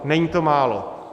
Není to málo.